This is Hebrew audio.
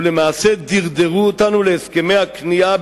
ולמעשה דרדרו אותנו להסכמי הכניעה